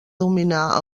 dominar